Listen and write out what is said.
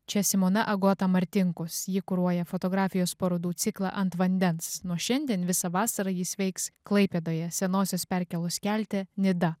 čia simona agota martinkus ji kuruoja fotografijos parodų ciklą ant vandens nuo šiandien visą vasarą jis veiks klaipėdoje senosios perkėlos kelte nida